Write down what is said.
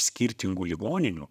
skirtingų ligoninių